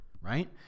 right